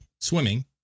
swimming